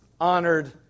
honored